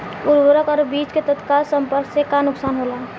उर्वरक और बीज के तत्काल संपर्क से का नुकसान होला?